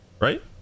Right